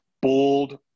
Bold